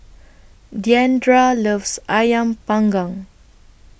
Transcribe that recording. Diandra loves Ayam Panggang